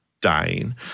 dying